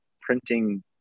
printing